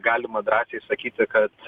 galima drąsiai sakyti kad